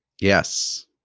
Yes